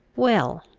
well,